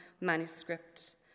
manuscript